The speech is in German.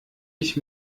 ich